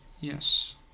yes